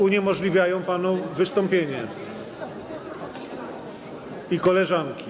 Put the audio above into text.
uniemożliwiają panu wystąpienie, także koleżanki.